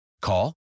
Call